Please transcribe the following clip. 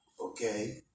okay